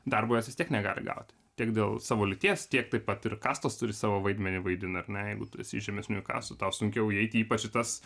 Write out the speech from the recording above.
darbo jos vis tiek negali gauti tiek dėl savo lyties tiek taip pat ir kastos turi savo vaidmenį vaidina ar ne jeigu tu esi iš žemesniųjų kastų tau sunkiau įeiti ypač į tas